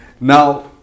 Now